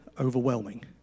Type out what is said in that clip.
overwhelming